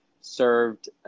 served